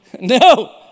No